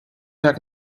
jak